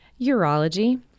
Urology